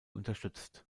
unterstützt